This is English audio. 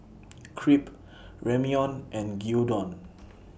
Crepe Ramyeon and Gyudon